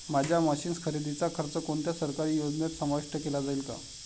माझ्या मशीन्स खरेदीचा खर्च कोणत्या सरकारी योजनेत समाविष्ट केला जाईल का?